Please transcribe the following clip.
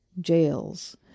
jails